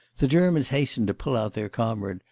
the germans hastened to pull out their comrade,